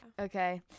Okay